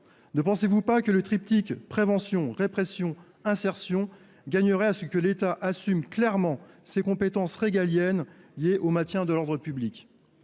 Ne pensez vous pas que le triptyque prévention répression insertion gagnerait à ce que l’État assume clairement ses compétences régaliennes liées au maintien de l’ordre public ?